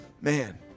man